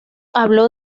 habló